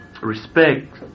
respect